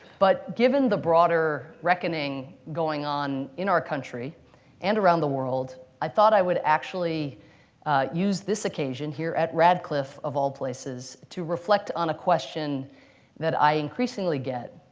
but given the broader reckoning going on in our country and around the world, i thought i would actually use this occasion here at radcliffe, of all places, to reflect on a question that i increasingly get,